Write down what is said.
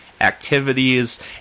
activities